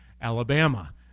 Alabama